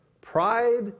pride